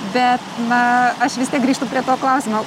bet na aš vis tiek grįžtu prie to klausimo